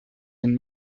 den